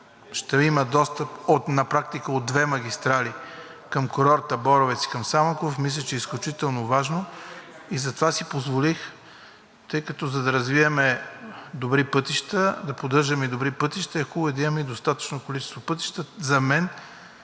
ще има достъп на практика от две магистрали – към курорта „Боровец“ и към Самоков, мисля, че е изключително важно и затова си позволих, тъй като, за да развием добри пътища, да поддържаме добри пътища, е хубаво да имаме и достатъчно количество пътища.